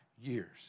years